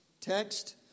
text